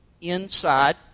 inside